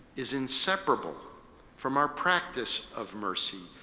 is inseparable from our practice of mercy,